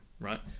right